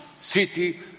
city